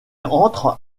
entre